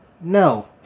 no